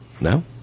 No